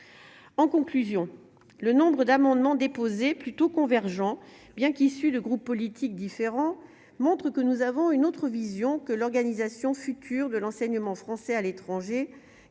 en conclusion, le nombre d'amendements déposés, plutôt convergents, bien qu'issu le groupe politique différent montre que nous avons une autre vision que l'organisation future de l'enseignement français à l'étranger